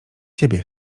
ciebie